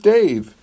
Dave